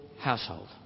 household